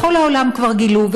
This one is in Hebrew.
בכל העולם כבר גילו,